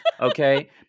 Okay